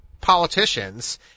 politicians